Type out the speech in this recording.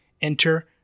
Enter